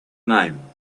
name